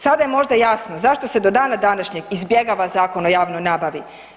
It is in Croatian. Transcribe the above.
Sada je možda jasno zašto se do dana današnjeg izbjegava Zakon o javnoj nabavi.